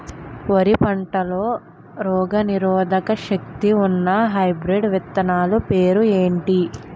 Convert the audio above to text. వరి పంటలో రోగనిరోదక శక్తి ఉన్న హైబ్రిడ్ విత్తనాలు పేర్లు ఏంటి?